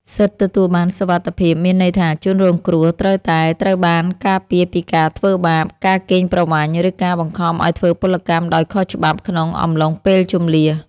សិទ្ធិទទួលបានសុវត្ថិភាពមានន័យថាជនរងគ្រោះត្រូវតែត្រូវបានការពារពីការធ្វើបាប ការកេងប្រវ័ញ្ច ឬការបង្ខំឱ្យធ្វើពលកម្មដោយខុសច្បាប់ក្នុងអំឡុងពេលជម្លៀស។